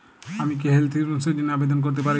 আমি কি health insurance র জন্য আবেদন করতে পারি?